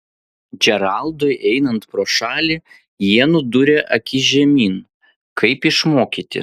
džeraldui einant pro šalį jie nudūrė akis žemyn kaip išmokyti